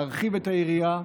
להרחיב את היריעה,